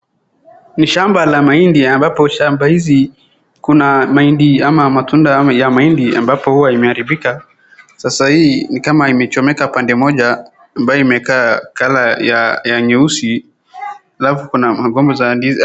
Ni shamba la mahindi ambapo shamba hizi kuna mahindi ama matunda ya mahindi ambayo huwa imeharabika, sasa hii ni kama imechomeka pande moja ambayo imekaa colour ya nyeusi, alafu kuna migomba za ndizi.